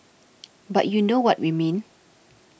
but you know what we mean